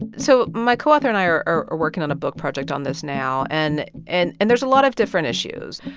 and so my co-author and i are are working on a book project on this now. and and and there's a lot of different issues.